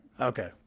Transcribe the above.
Okay